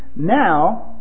Now